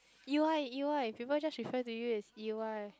E Y E Y people just refer to you as E Y